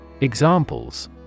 Examples